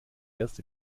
erst